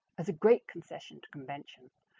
as a great concession to convention,